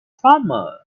farmer